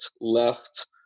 left